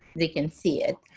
they can see it.